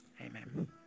Amen